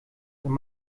wenn